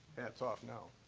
hat's off now.